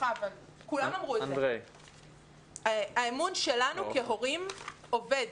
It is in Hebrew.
אנדרי אמר את זה, האמון שלנו כהורים אובד.